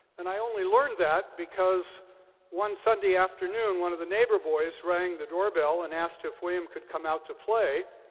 and i only learned that because one sunday afternoon one of the neighbor boys rang the doorbell and asked if william could come out to play.